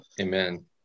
Amen